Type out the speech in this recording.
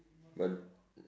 but